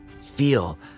Feel